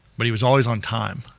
but he was always on time.